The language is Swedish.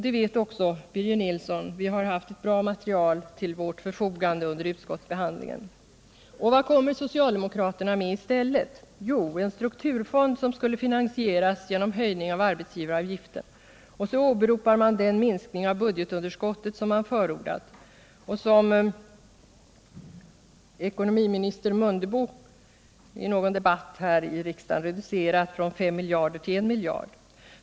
Det vet också Birger Nilsson — vi har haft ett bra material till vårt förfogande vid utskottsbehandlingen. Och vad kommer socialdemokraterna med i stället? Jo, en strukturfond som skulle finansieras genom höjning av arbetsgivaravgiften. Och så åberopar man den minskning av budgetunderskottet som man förordat och som budgetminister Mundebo i en tidigare debatt här i riksdagen reducerat från 5 miljarder till I miljard.